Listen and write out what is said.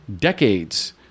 decades